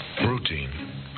Routine